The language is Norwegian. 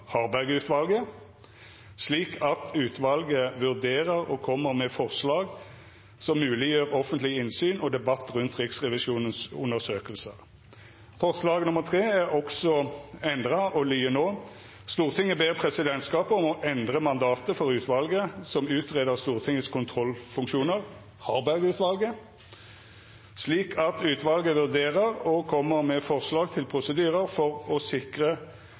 slik at utvalget vurderer og kommer med forslag som muliggjør offentlig innsyn og debatt rundt Riksrevisjonens undersøkelser.» Forslag nr. 3 er også endra og lyder no: «Stortinget ber presidentskapet om å endre mandatet for utvalget som utreder Stortingets kontrollfunksjoner , slik at utvalget vurderer og kommer med forslag til prosedyrer